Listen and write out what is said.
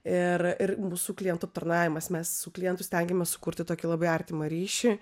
ir ir mūsų klientų aptarnavimas mes su klientu stengiamės sukurti tokį labai artimą ryšį